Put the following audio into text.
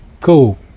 cool